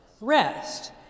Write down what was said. Rest